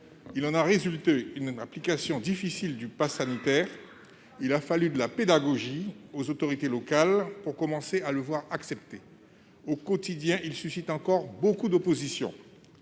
Il en a résulté une application difficile du passe sanitaire, et il a fallu de la pédagogie aux autorités locales pour commencer à le voir accepté. Au quotidien, il suscite cependant encore beaucoup d'oppositions.